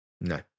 No